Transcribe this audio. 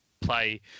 play